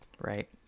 right